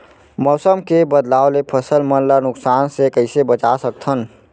मौसम के बदलाव ले फसल मन ला नुकसान से कइसे बचा सकथन?